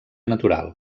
natural